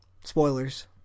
Spoilers